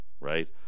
right